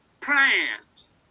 plans